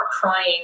crying